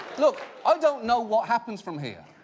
look, i don't know what happens from here.